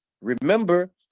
Remember